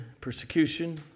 persecution